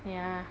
ya